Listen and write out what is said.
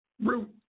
root